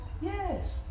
Yes